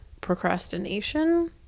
procrastination